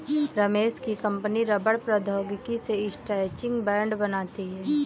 रमेश की कंपनी रबड़ प्रौद्योगिकी से स्ट्रैचिंग बैंड बनाती है